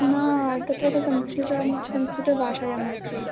न तत्र तु संस्कृतं संस्कृतभाषायामस्ति